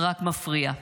רק מפריע.